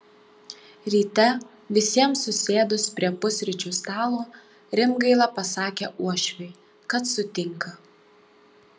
ryte visiems susėdus prie pusryčių stalo rimgaila pasakė uošviui kad sutinka